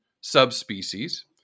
subspecies